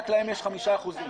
רק להם יש 5%. רגע,